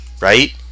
right